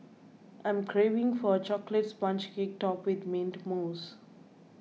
I am craving for a Chocolate Sponge Cake Topped with Mint Mousse